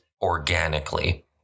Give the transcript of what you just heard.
organically